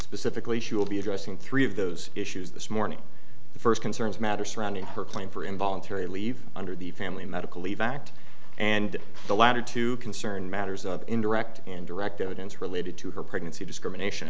specifically she will be addressing three of those issues this morning the first concerns matter surrounding her claim for involuntary leave under the family medical leave act and the latter to concern matters of indirect and direct evidence related to her pregnancy discrimination